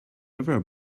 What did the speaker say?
ever